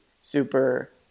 super